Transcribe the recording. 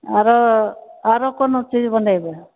आरो आरो कोनो चीज बनेबै